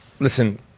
Listen